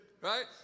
Right